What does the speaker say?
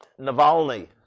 Navalny